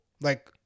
like-